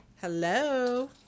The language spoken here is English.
Hello